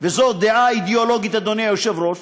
זו דעה אידאולוגית, אדוני היושב-ראש,